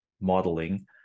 modeling